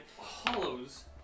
hollows